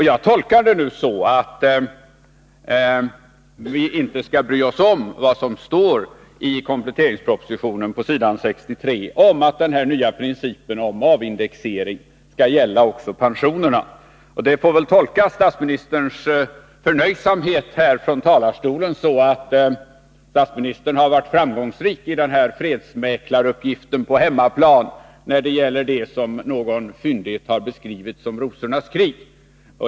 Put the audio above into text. Jag tolkar det nu anförda så att vi inte skall bry oss om vad som står på s. 63 i kompletteringspropositionen om att den här nya principen om avindexering skall gälla också pensionerna. Statsministerns förnöjsamhet i talarstolen får väl tolkas så att statsministern varit framgångsrik i sin fredsmäklaruppgift på hemmaplan när det gäller det som någon fyndigt har beskrivit som Rosornas krig.